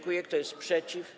Kto jest przeciw?